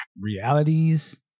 realities